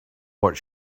what